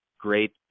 great